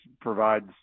provides